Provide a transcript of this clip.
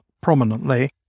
prominently